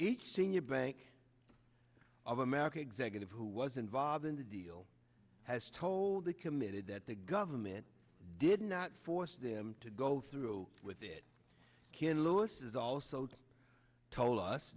each senior bank of america executive who was involved in the deal has told the committed that the government did not force them to go through with it ken lewis is also told us